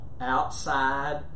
outside